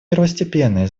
первостепенное